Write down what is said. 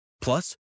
Plus